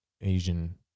Asian